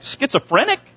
schizophrenic